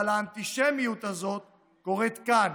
אבל האנטישמיות הזאת מתרחשת כאן,